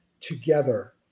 Together